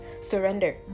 surrender